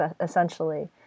essentially